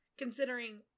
Considering